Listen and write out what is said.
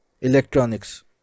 electronics